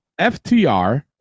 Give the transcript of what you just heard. FTR